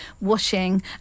washing